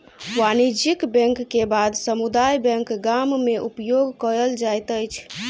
वाणिज्यक बैंक के बाद समुदाय बैंक गाम में उपयोग कयल जाइत अछि